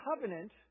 covenant